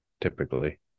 Typically